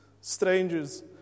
Strangers